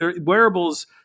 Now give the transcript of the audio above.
wearables